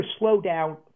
slowdown